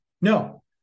no